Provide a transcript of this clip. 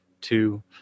two